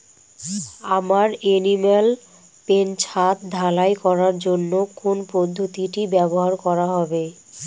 আমার animal pen ছাদ ঢালাই করার জন্য কোন পদ্ধতিটি ব্যবহার করা হবে?